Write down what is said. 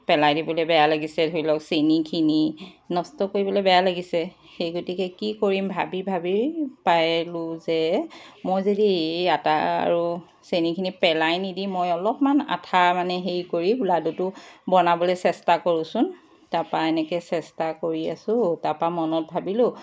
পেলাই দিবলৈ বেয়া লাগিছে ধৰি লওক চেনিখিনি নষ্ট কৰিবলৈ বেয়া লাগিছে সেই গতিকে কি কৰিম ভাবি ভাবি পালোঁ যে মই যদি এই আটা আৰু চেনিখিনি পেলাই নিদি মই অলপমান আঠা মানে হেৰি কৰি লাডুটো বনাবলৈ চেষ্টা কৰোঁচোন তাপা এনেকৈ চেষ্টা কৰি আছোঁ তাপা মনত ভাবিলোঁ